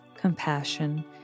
compassion